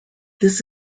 this